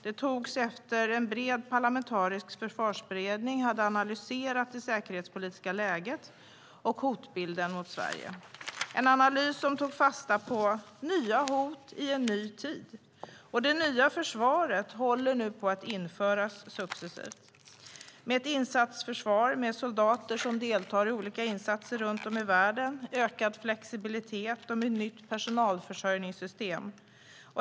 Det fattades efter att en bred parlamentarisk försvarsberedning hade analyserat det säkerhetspolitiska läget och hotbilden mot Sverige. Det var en analys som tog fasta på nya hot i en ny tid. Och det nya försvaret håller nu på att införas successivt. Det ska vara ett insatsförsvar med soldater som deltar i olika insatser runt om i världen, med ökad flexibilitet och med ett nytt personalförsörjningssystem.